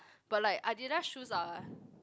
but like Adidas shoes are